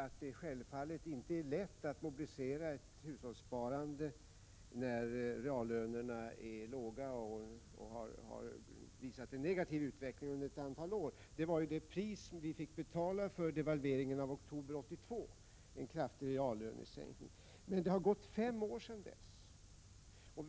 att det självfallet inte är lätt att mobilisera ett hushållssparande när reallönerna är låga och har visat en negativ utveckling under ett antal år. En kraftig reallönesänkning var ju det pris som vi fick betala för devalveringen i oktober 1982. Det har nu gått fem år sedan denna devalvering.